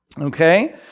okay